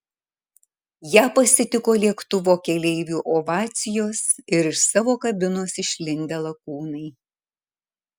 ją pasitiko lėktuvo keleivių ovacijos ir iš savo kabinos išlindę lakūnai